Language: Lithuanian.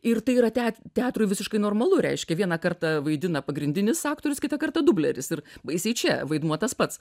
ir tai yra tea teatrui visiškai normalu reiškia vieną kartą vaidina pagrindinis aktorius kitą kartą dubleris ir baisiai čia vaidmuo tas pats